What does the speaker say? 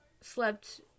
slept